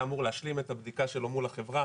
היה אמור להשלים את הבדיקה שלו מול החברה